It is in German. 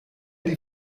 die